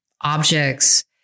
objects